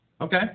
Okay